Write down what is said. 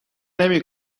نمی